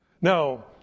Now